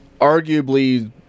arguably